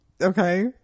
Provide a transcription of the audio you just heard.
Okay